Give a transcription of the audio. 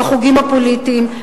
בחוגים הפוליטיים,